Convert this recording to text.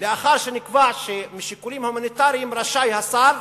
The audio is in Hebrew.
לאחר שנקבע שמשיקולים הומניטריים רשאי השר